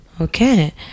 Okay